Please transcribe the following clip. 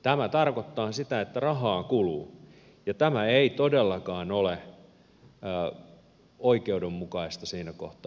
tämä tarkoittaa sitä että rahaa kuluu ja tämä ei todellakaan ole oikeudenmukaista siinä kohtaa